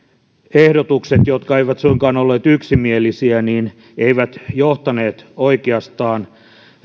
ehdotukset jotka eivät suinkaan olleet yksimielisiä eivät johtaneet oikeastaan